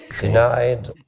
Denied